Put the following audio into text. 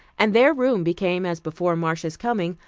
and their room became as before marcia's coming,